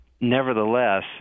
nevertheless